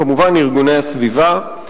כמובן ארגוני הסביבה,